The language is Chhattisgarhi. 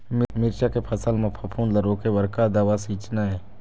मिरचा के फसल म फफूंद ला रोके बर का दवा सींचना ये?